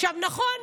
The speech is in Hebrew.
עכשיו, נכון,